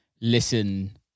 listen